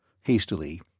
Hastily